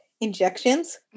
injections